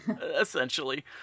Essentially